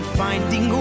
finding